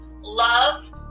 Love